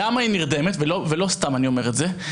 למה היא נרדמת ולא סתם אני אומר את זה,